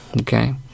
okay